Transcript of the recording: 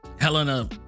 Helena